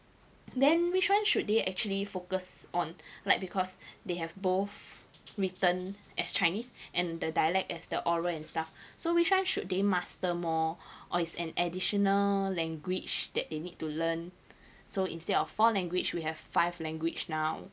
then which one should they actually focus on like because they have both written as chinese and the dialect as the oral and stuff so which one should they master more or is an additional language that they need to learn so instead of four language we have five language now